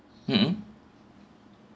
hmm